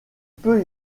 peut